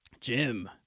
Jim